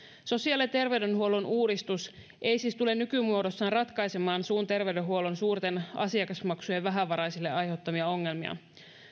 sosiaali ja terveydenhuollon uudistus ei siis tule nykymuodossaan ratkaisemaan suun terveydenhuollon suurten asiakasmaksujen vähävaraisille aiheuttamia ongelmia